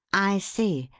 i see.